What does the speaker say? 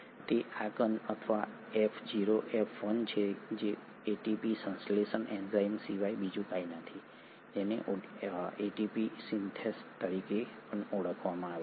તે આ કણ અથવા એફ0 એફ1 છે તે એટીપી સંશ્લેષણ એન્ઝાઇમ સિવાય બીજું કશું જ નથી જેને એટીપી સિન્થેસ તરીકે પણ ઓળખવામાં આવે છે